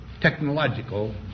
technological